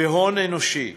והון אנושי,